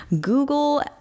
Google